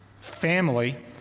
family